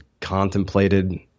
contemplated